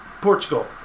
Portugal